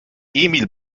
emil